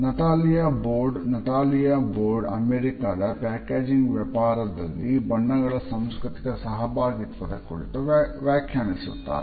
Natalia Boyd ಅಮೇರಿಕಾದ packaging ವ್ಯಾಪಾರದಲ್ಲಿ ಬಣ್ಣಗಳ ಸಾಂಸ್ಕೃತಿಕ ಸಹಭಾಗಿತ್ವದ ಕುರಿತು ವ್ಯಾಖ್ಯಾನಿಸುತ್ತಾರೆ